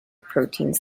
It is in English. proteins